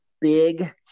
big